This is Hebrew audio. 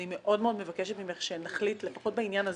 אני מאוד מאוד מבקשת ממך יושבת ראש הוועדה שנחליט לפחות בעניין הזה,